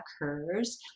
occurs